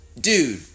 Dude